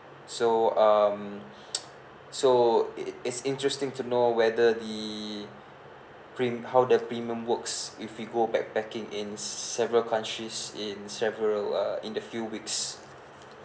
so um so it~ it's interesting to know whether the pre~ how the premium works if we go backpacking in several countries in several uh in the few weeks